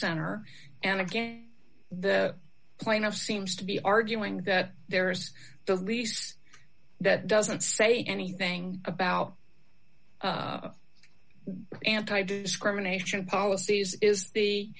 center and again the plaintiff seems to be arguing that there's the least that doesn't say anything about anti discrimination policies i